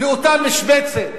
לאותה משבצת